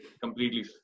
completely